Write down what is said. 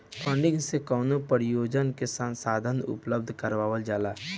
funding से कवनो परियोजना के संसाधन उपलब्ध करावल जाला